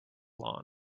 lawn